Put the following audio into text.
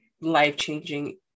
life-changing